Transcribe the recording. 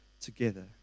together